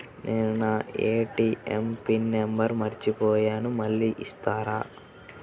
నేను నా ATM PIN number మర్చిపోయాను మళ్ళీ ఇస్తారా?